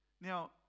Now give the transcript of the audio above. Now